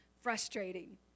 frustrating